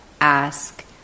ask